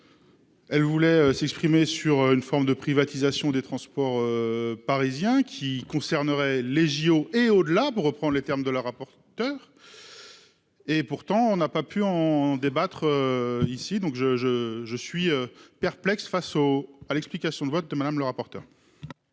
Elle voulait s'exprimer sur une forme de privatisation des transports. Parisiens qui concernerait les JO et au-delà pour reprendre les termes de la rapporteure. Et pourtant on n'a pas pu en débattre ici donc je je je suis perplexe face au à l'explication de vote de madame le rapporteur.